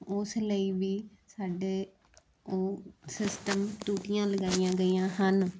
ਉਸ ਲਈ ਵੀ ਸਾਡੇ ਉਹ ਸਿਸਟਮ ਟੂਟੀਆਂ ਲਗਾਈਆਂ ਗਈਆਂ ਹਨ